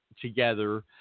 together